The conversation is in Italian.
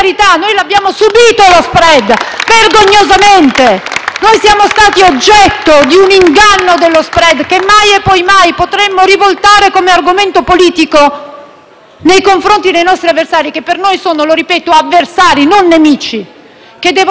siamo stati oggetto di un inganno dello *spread* che mai e poi mai potremmo rivoltare come argomento politico nei confronti dei nostri avversari, che per noi sono - lo ripeto - avversari e non nemici, che devono essere ascoltati e controdedotti, non delegittimati.